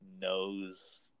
knows